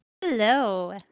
Hello